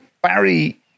Barry